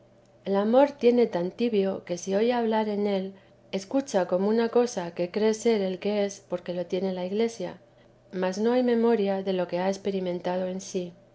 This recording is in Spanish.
el amor tiene tan tibio que si hablar en él escucha como una cosa que cree ser el que es porque lo tiene la iglesia mas no hay memoria de lo que ha experimentado en sí